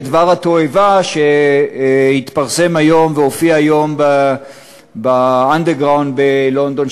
את דבר התועבה שהתפרסם היום והופיע היום ב-Underground בלונדון,